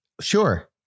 Sure